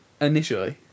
initially